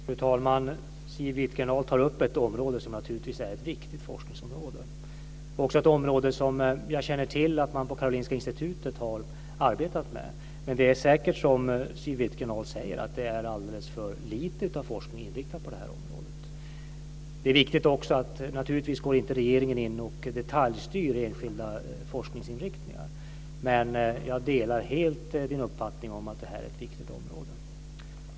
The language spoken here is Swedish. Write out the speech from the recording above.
Fru talman! Siw Wittgren-Ahl tar upp ett viktigt forskningsområde. Jag känner till att man har arbetat med det här området på Karolinska Institutet. Men det är säkert som Siw Wittgren-Ahl säger, att det är alldeles för lite forskning som är inriktad på det här området. Regeringen går naturligtvis inte in och detaljstyr enskilda forskningsinriktningar, men jag delar helt uppfattningen om att detta är ett viktigt område.